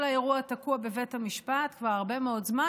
כל האירוע תקוע בבית המשפט כבר הרבה מאוד זמן,